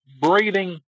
breathing